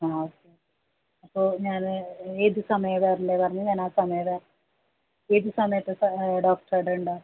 ആ ഓക്കെ അപ്പോൾ ഞാൻ ഏത് സമയമാണ് വരണ്ടതെന്ന് പറഞ്ഞാൽ ഞാൻ ആ സമയം വരാം ഏത് സമയത്ത് ഡോക്ടർ അവിടെയുണ്ടാവും